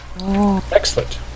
Excellent